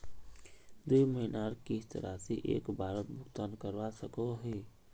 दुई महीनार किस्त राशि एक बारोत भुगतान करवा सकोहो ही?